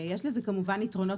יש לגזירה